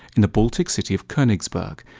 in the baltic city of konigsberg,